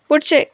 पुढचे